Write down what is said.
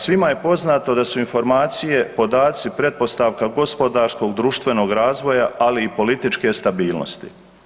Svima je poznato da su informacije podaci pretpostavka gospodarskog društvenog razvoja, ali i političke stabilnosti.